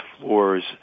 floors